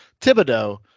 Thibodeau